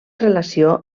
relació